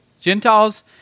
Gentiles